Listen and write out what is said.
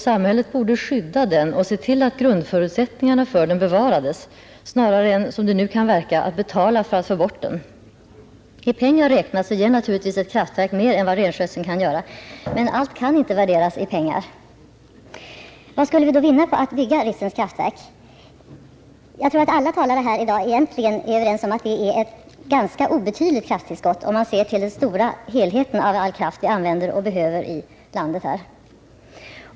Samhället borde skydda den och se till att grundförutsättningarna för den bevarades snarare än, som det nu kan verka, betala för att få bort den. I pengar räknat ger naturligtvis ett kraftverk mer än vad renskötseln kan göra. Men allt kan inte värderas i pengar. Vad skulle vi då vinna på att bygga Ritsems kraftverk? Jag tror att alla talare i dag egentligen är överens om att det skulle bli ett ganska obetydligt krafttillskott, om man ser till den stora helheten av all kraft vi behöver i landet.